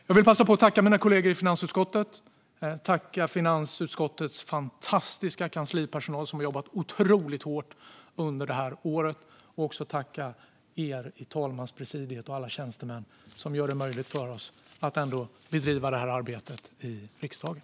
Jag vill passa på att tacka mina kollegor i finansutskottet liksom utskottets fantastiska kanslipersonal, som har jobbat otroligt hårt under det här året, och också er i talmanspresidiet och alla tjänstemän, som gör det möjligt för oss att ändå bedriva arbetet i riksdagen.